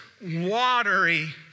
watery